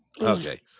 okay